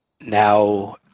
now